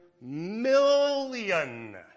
million